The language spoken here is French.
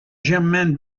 jermaine